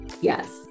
Yes